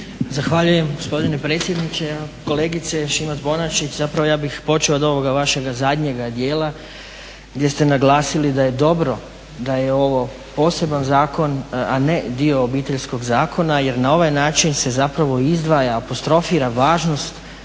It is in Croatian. Zahvaljujem gospodine predsjedniče. Kolegice Šimac-Bonačić zapravo ja bih počeo od ovoga vašeg zadnjega dijela gdje ste naglasili da je dobro da je ovo poseban zakon, a ne dio Obiteljskog zakona, jer na ovaj način se zapravo izdvaja, apostrofira važnost